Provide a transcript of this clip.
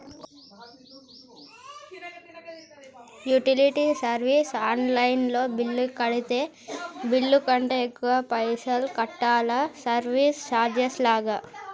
Utility service online లో bill కడితే bill కంటే ఎక్కువ పైసల్ కట్టాలా సర్వీస్ చార్జెస్ లాగా?